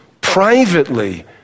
privately